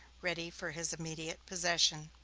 ready for his immediate possession.